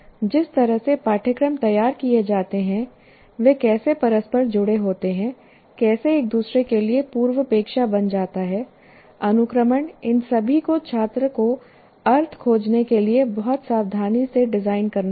जिस तरह से पाठ्यक्रम तैयार किए जाते हैं वे कैसे परस्पर जुड़े होते हैं कैसे एक दूसरे के लिए पूर्वापेक्षा बन जाता है अनुक्रमण इन सभी को छात्र को अर्थ खोजने के लिए बहुत सावधानी से डिजाइन करना होगा